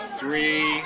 three